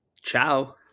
Ciao